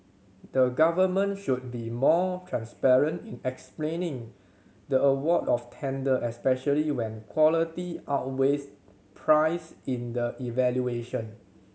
the government should be more transparent in explaining the award of tender especially when quality outweighs price in the evaluation